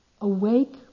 awake